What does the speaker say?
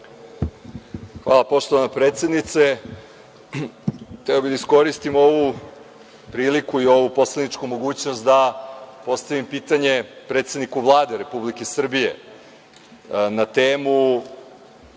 Hvala poštovana predsednice. Hteo bih da iskoristim ovu priliku i ovu poslaničku mogućnost da postavim pitanje predsedniku Vlade Republike Srbije na temu